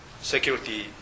security